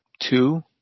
Two